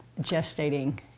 gestating